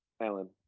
Alan